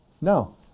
No